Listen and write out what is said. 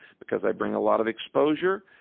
because i bring a lot of exposure.